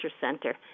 Center